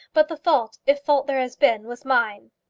but the fault, if fault there has been, was mine.